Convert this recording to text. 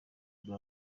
muri